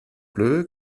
bleu